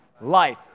Life